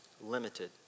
limited